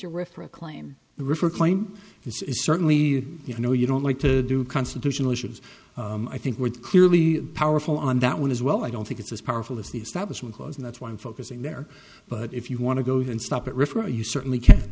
your referral claim refer claim it's certainly you know you don't like to do constitutional issues i think we're clearly powerful on that one as well i don't think it's as powerful as the establishment clause and that's why i'm focusing there but if you want to go and stop it refer you certainly can